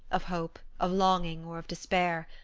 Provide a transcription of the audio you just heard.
of hope, of longing, or of despair.